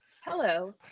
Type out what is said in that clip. Hello